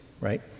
right